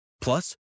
Plus